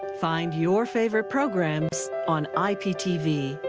find your favorite programs on iptv.